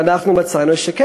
ואנחנו מצאנו ש,